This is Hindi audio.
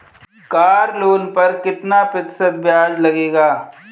कार लोन पर कितना प्रतिशत ब्याज लगेगा?